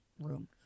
room